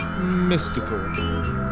mystical